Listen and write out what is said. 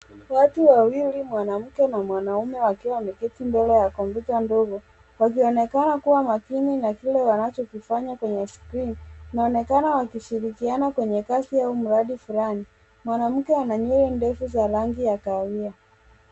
Watu wawili mwanamke na mwanaume wakiwa wameketi mbele ya kompyuta ndogo, wakionekana kua makini na kile wanachokifanya kwenye skrini inaonekana wakishirikiana kwenye kazi au mradi flani. Mwanamke ana nywele ndefu za rangi ya kahawia.